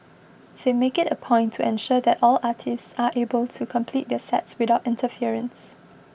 they make it a point to ensure that all artists are able to complete their sets without interference